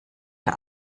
der